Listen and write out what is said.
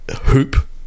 hoop